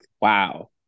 wow